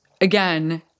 Again